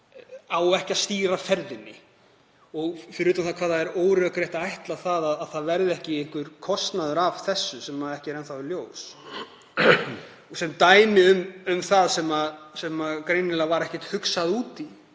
á ekki að stýra ferðinni. Fyrir utan hvað það er órökrétt að ætla að það verði ekki einhver kostnaður af þessu sem ekki er enn þá kominn í ljós. Sem dæmi um það sem greinilega var ekkert hugsað út í